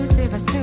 davis,